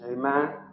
Amen